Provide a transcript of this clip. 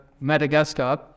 Madagascar